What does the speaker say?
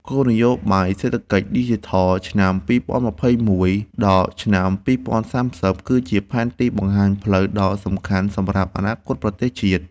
គោលនយោបាយសេដ្ឋកិច្ចឌីជីថលឆ្នាំ ២០២១ ដល់ឆ្នាំ ២០៣០គឺជាផែនទីបង្ហាញផ្លូវដ៏សំខាន់សម្រាប់អនាគតប្រទេសជាតិ។